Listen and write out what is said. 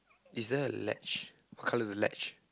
is there a latch what colour is the latch